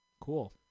Cool